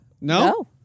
no